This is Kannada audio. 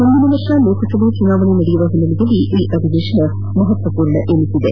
ಮುಂದಿನ ವರ್ಷ ಲೋಕಸಭಾ ಚುನಾವಣೆ ನಡೆಯುವ ಹಿನ್ನೆಲೆಯಲ್ಲಿ ಈ ಅಧಿವೇಶನ ಮಹತ್ವಪೂರ್ಣ ಎನಿಸಿದೆ